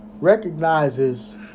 recognizes